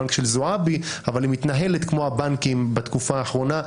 הבנק של זועבי אבל היא מתנהגת כמו הבנקים בתקופה האחרונה,